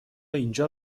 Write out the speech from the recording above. اینجا